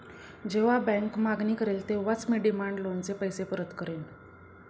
जेव्हा बँक मागणी करेल तेव्हाच मी डिमांड लोनचे पैसे परत करेन